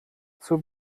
zur